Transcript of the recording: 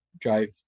drive